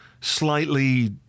slightly